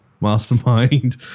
mastermind